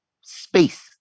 space